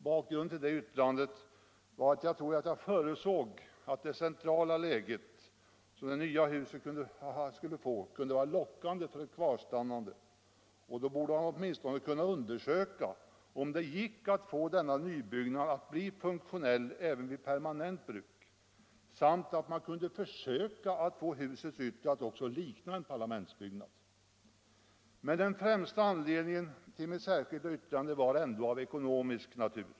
Bakgrunden härtill var att jag tror att jag förutsåg att det centrala läge som det nya huset skulle få kunde vara lockande för ett kvarstannande, och då borde man åtminstone kunna undersöka om det gick att få denna nybyggnad att bli funktionell även vid permanent bruk samt att man kunde försöka få husets yttre att också likna en parlamentsbyggnad. Men den främsta anledningen till mitt särskilda yttrande var ändå av ekonomisk natur.